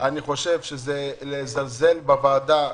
אני חושב שזה זלזול בוועדה,